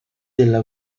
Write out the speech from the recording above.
della